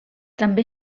també